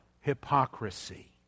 hypocrisy